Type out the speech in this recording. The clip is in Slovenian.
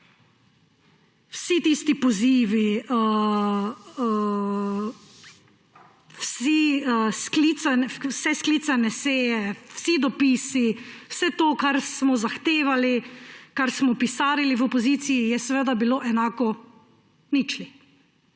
Vsi tisti pozivi, vse sklicane seje, vsi dopisi, vse to, kar smo zahtevali, kar smo pisarili v opoziciji, je bilo enako ničli.